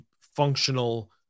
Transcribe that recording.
functional